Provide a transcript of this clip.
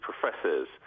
professors